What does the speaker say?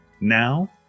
now